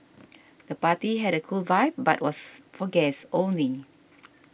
the party had a cool vibe but was for guests only